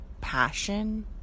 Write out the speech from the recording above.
passion